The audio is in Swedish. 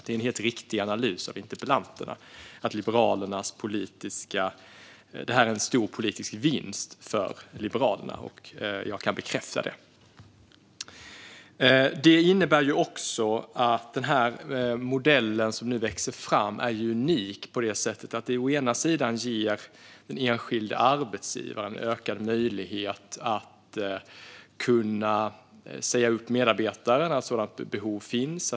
Det är alltså en riktig analys av interpellanten att det här är en stor politisk vinst för Liberalerna. Jag kan bekräfta det. Modellen som nu växer fram är unik på så sätt att den ger enskilda arbetsgivare ökad möjlighet att säga upp medarbetare när ett sådant behov finns.